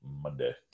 Monday